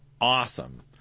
awesome